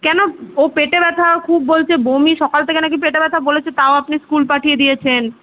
কেন ওর পেটে ব্যথা খুব বলছে বমি সকাল থেকে নাকি পেটে ব্যাথা বলেছে তাও আপনি স্কুল পাঠিয়ে দিয়েছেন